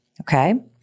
okay